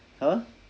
!huh!